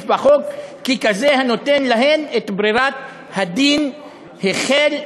בחוק ככזה הנותן להן את ברירת הדין החל,